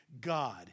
God